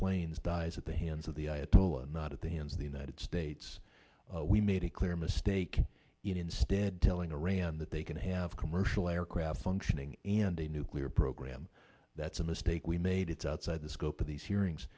planes dies at the hands of the ayatollah not at the hands of the united states we made a clear mistake in instead telling iran that they can have commercial aircraft functioning and a nuclear program that's a mistake we made it's outside the scope of these hearings